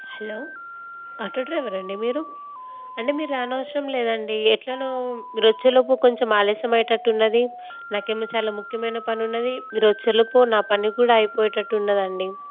hello auto డ్రైవరండి మీరు అండి మీరు రానవసరం లేదండి ఎలానో మీరు వచ్చేలోపు కొంచెం ఆలస్యమయ్యేటట్టున్నాది నాకేమో చాలా ముఖ్యమైన పని ఉన్నాది మీరొచ్చేలోపు నా పని కూడా అయిపోయేటట్టు ఉన్నాదండి